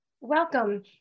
Welcome